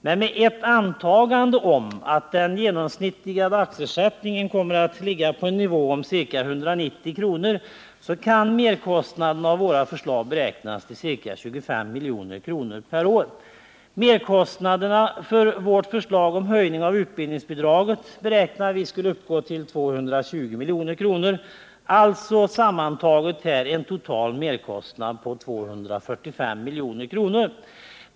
Men med ett antagande av att den genomsnittliga dagsersättningen kommer att ligga på ca 190 kr., kan merkostnaderna om man genomför våra förslag beräknas till ca 25 milj.kr. Vi beräknar att merkostnaderna för vårt förslag till höjning av utbildningsbidraget skulle uppgå till 220 milj.kr. — alltså en total merkostnad på 245 milj.kr.